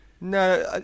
No